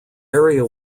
area